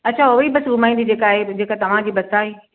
अछा उहा ई बसि घुमाईंदी जेका ए जेका तव्हां जी बसि आहे